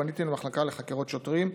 פניתי למחלקה לחקירות שוטרים.